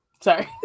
sorry